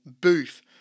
booth